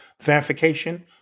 verification